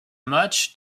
match